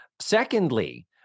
Secondly